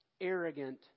arrogant